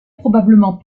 probablement